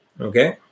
Okay